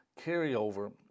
carryover